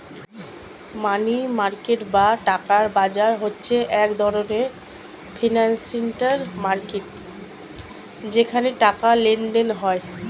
মানি market বা টাকার বাজার হচ্ছে এক ধরণের ফিনান্সিয়াল মার্কেট যেখানে টাকার লেনদেন হয়